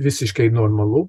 visiškai normalu